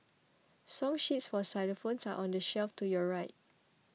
song sheets for xylophones are on the shelf to your right